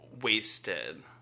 wasted